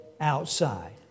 outside